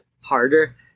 harder